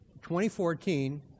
2014